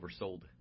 oversold